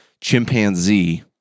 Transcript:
chimpanzee